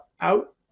out